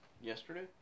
yesterday